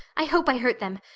i hope i hurt them.